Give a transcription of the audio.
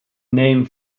name